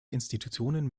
institutionen